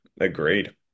agreed